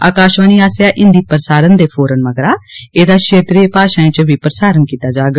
आकाशवाणी आसेआ हिंदी प्रसारण दे फौरन मगरा एहंदा क्षेत्रीय भाषाएं च बी प्रसारण कीता जाग